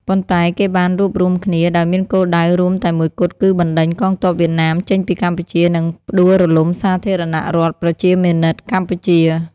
ប៉ុន្តែ គេបានរួបរួមគ្នាដោយមានគោលដៅរួមតែមួយគត់ គឺបណ្ដេញកងទ័ពវៀតណាមចេញពីកម្ពុជា និងផ្ដួលរំលំសាធារណរដ្ឋប្រជាមានិតកម្ពុជា។